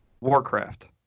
Warcraft